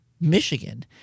Michigan